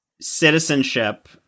citizenship